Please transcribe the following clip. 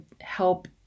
help